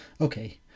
okay